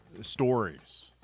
Stories